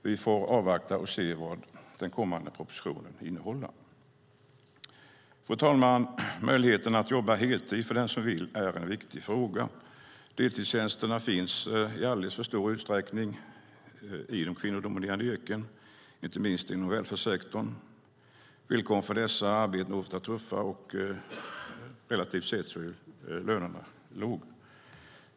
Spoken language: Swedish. Vi får avvakta och se vad den kommande propositionen innehåller. Fru talman! Möjligheten att jobba heltid för den som vill är en viktig fråga. Deltidstjänster finns i alldeles för stor utsträckning i de kvinnodominerade yrkena, inte minst inom välfärdsektorn. Villkoren för dessa arbeten är ofta tuffa, och lönerna är relativt sett låga.